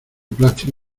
plástico